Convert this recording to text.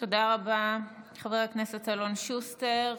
תודה רבה, חבר הכנסת אלון שוסטר.